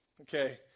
okay